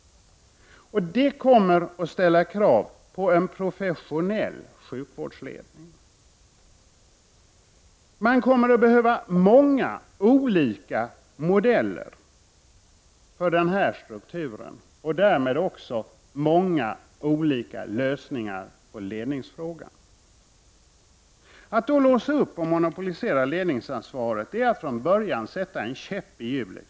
Det kommer också att ställa krav på en professionell sjukvårdsledning. Det kommer att behövas många olika modeller för den här strukturen och därmed också många olika lösningar på ledningsfrågan. Att då låsa upp och monopolisera ledningsansvaret är att från början sätta en käpp i hjulet.